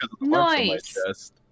nice